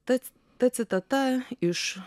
tad ta citata iš